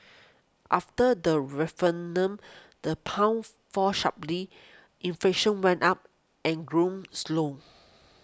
after the the pound fall sharply inflation went up and growth slowed